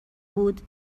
بود